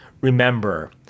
Remember